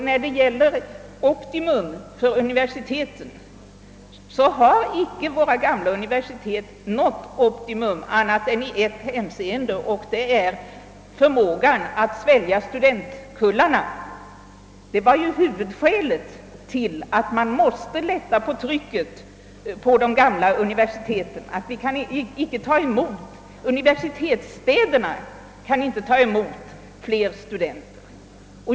Vad beträffar optimum för universiteten har icke våra gamla universitet nått optimum annat än i ett hänseende, nämligen i fråga om förmågan att svälja studentkullarna. Huvudskälet till att man måste lätta på trycket på de gamla universiteten var ju att universitetsstäderna inte kan ta emot fler studenter.